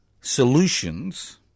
solutions